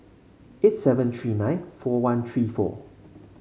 eight seven three nine four one three four